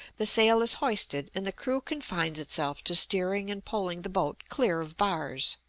the sail is hoisted, and the crew confines itself to steering and poling the boat clear of bars.